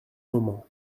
moment